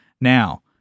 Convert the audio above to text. now